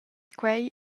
quei